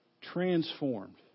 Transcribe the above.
transformed